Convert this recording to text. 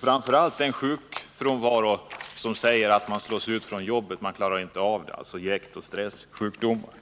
framför allt den sjukfrånvaro som innebär att man slås ut från jobbet, att man inte klarar av det — alltså frånvaro på grund av jäktoch stressjukdomar.